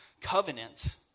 covenant